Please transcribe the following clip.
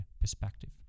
perspective